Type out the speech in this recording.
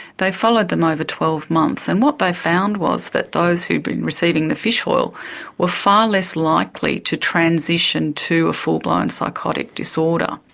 they followed them over twelve months, and what they found was that those who had been receiving the fish oil were far less likely to transition to a full-blown psychotic disorder.